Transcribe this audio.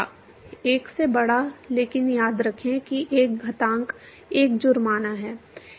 1 से बड़ा लेकिन याद रखें कि एक घातांक 1 जुर्माना है